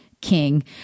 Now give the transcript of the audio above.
king